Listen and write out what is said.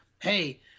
Hey